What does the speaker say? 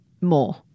more